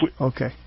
Okay